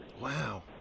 Wow